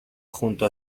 junto